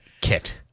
kit